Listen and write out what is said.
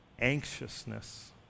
anxiousness